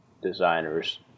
designers